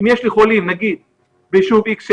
אם יש לי חולה ביישוב "איקס",